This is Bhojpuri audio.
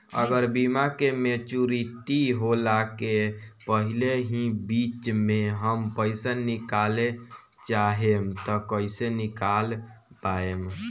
अगर बीमा के मेचूरिटि होला के पहिले ही बीच मे हम पईसा निकाले चाहेम त कइसे निकाल पायेम?